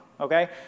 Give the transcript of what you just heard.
okay